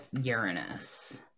Uranus